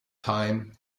time